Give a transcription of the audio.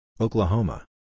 Oklahoma